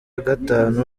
gatanu